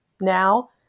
now